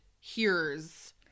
hears